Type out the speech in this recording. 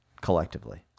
Collectively